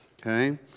Okay